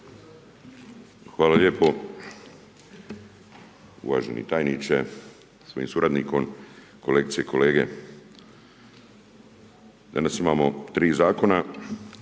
Hvala lijepo uvaženi tajniče sa svojim suradnikom, kolegice i kolege. Danas imamo 3 zakona